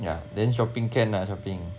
yeah then shopping can ah shopping